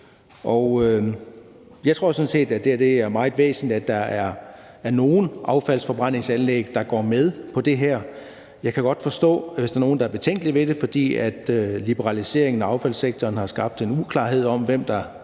jeg tror sådan set, at det er meget væsentligt, at der er nogle affaldsforbrændingsanlæg, der går med på det her. Jeg kan godt forstå, hvis der er nogle, der er betænkelige ved det, fordi liberaliseringen af affaldssektoren har skabt en uklarhed om, hvem der